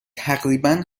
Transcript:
تقریبا